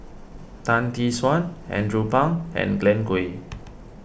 Tan Tee Suan Andrew Phang and Glen Goei